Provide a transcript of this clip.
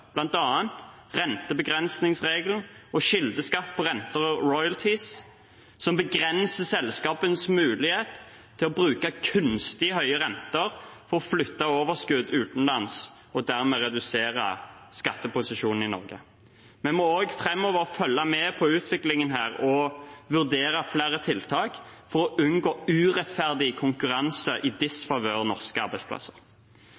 rentebegrensningsregelen og kildeskatt på renter og royalties, noe som begrenser selskapenes mulighet til å bruke kunstig høye renter på å flytte overskudd utenlands og dermed redusere skatteposisjonen i Norge. Framover må vi også følge med på utviklingen og vurdere flere tiltak for å unngå urettferdig konkurranse i